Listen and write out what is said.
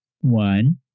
One